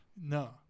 No